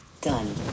Done